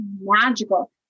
magical